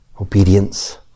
Obedience